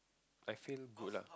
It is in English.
like feel good lah